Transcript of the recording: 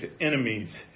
enemies